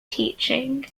teaching